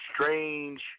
strange